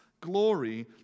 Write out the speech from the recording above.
glory